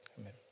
Amen